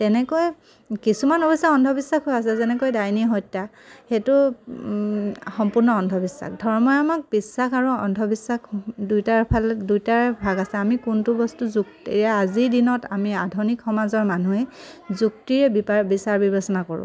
তেনেকৈ কিছুমান অৱশ্যে অন্ধবিশ্বাস হৈ আছে যেনেকৈ ডাইনী হত্যা সেইটো সম্পূৰ্ণ অন্ধবিশ্বাস ধৰ্মই আমাক বিশ্বাস আৰু অন্ধবিশ্বাস দুইটাৰ ফালে দুইটাৰ ভাগ আছে আমি কোনটো বস্তু যুক্তি এই আজিৰ দিনত আমি আধুনিক সমাজৰ মানুহে যুক্তিৰে বিপাৰ বিচাৰ বিবেচনা কৰোঁ